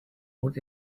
out